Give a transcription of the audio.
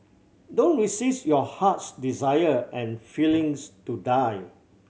don't resist your heart's desire and feelings to die